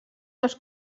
els